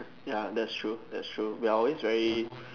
ya that's true that's true we are always very